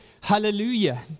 hallelujah